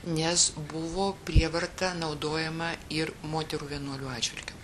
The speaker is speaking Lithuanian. nes buvo prievarta naudojama ir moterų vienuolių atžvilgiu